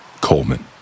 Coleman